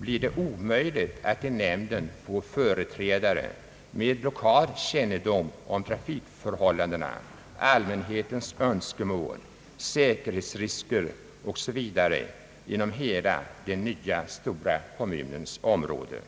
blir det omöjligt att i nämnden få företrädare med lokal kännedom om trafikförhållandena, allmänhetens önskemål, säkerhetsrisker o. s. v. inom hela den nya stora kommunens område.